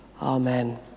amen